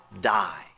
die